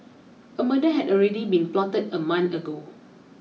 a murder had already been plotted a month ago